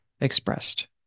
expressed